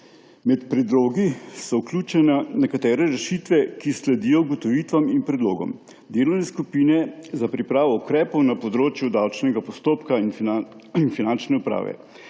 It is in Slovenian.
Med predlogi so vključene nekatere rešitve, ki sledijo ugotovitvam in predlogom delovne skupine za pripravo ukrepov na področju davčnega postopka in finančne uprave.